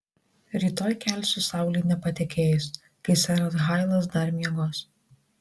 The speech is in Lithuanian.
rytoj kelsiu saulei nepatekėjus kai seras hailas dar miegos